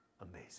amazing